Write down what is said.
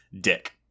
Dick